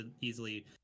easily